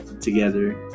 together